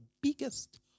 biggest